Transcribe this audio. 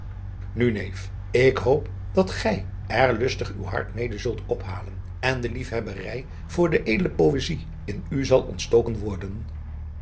nu neef ik hoop dat gij er lustig uw hart mede zult ophalen en de liefhebberij voor de edele poëzij in u zal ontstoken worden